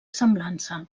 semblança